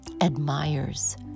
admires